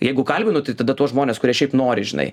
jeigu kalbinu tai tada tuos žmones kurie šiaip nori žinai